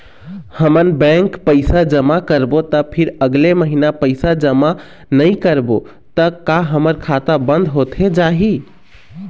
हमन बैंक पैसा जमा करबो ता फिर अगले महीना पैसा जमा नई करबो ता का हमर खाता बंद होथे जाही?